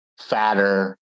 fatter